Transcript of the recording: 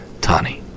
Tani